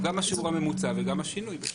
לא, גם השיעור הממוצע וגם השינוי.